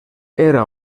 era